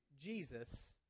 Jesus